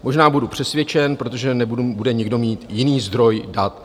Možná budu přesvědčen, protože nebudu, bude někdo mít jiný zdroj dat.